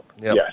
Yes